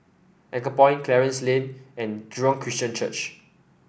Anchorpoint Clarence Lane and Jurong Christian Church